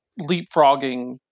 leapfrogging